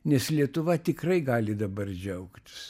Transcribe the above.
nes lietuva tikrai gali dabar džiaugtis